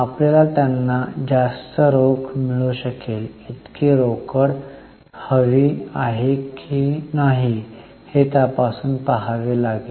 आपल्याला त्यांना जास्त रोख मिळू शकेल इतकी रोकड हवी आहे की नाही हे तपासून पाहावे लागेल